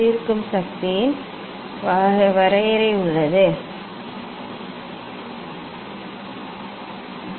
தீர்க்கும் சக்தியின் வரையறை உள்ளது மற்றும் குறிப்பு நேரம் 2340 பொதுவான வரையறை இது ப்ரிஸத்திற்காக இருக்கலாம் அதை உருவாக்குவதற்காக இருக்கலாம்